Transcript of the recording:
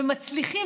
ומצליחים,